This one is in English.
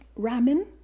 ramen